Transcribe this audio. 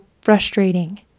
frustrating